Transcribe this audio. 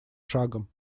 шагом